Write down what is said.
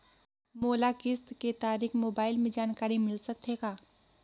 मोला किस्त के तारिक मोबाइल मे जानकारी मिल सकथे का?